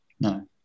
no